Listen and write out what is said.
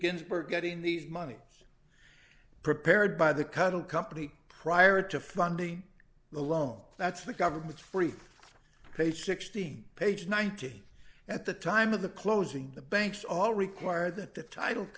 ginsburg getting these money was prepared by the cuttle company prior to funding the loan that's the government free page sixteen page ninety at the time of the closing the banks all require that the title